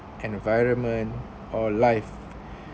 environment or life